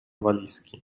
walizki